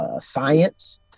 science